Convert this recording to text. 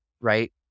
right